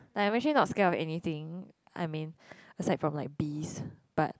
I'm actually not scared of anything I mean except for like bees but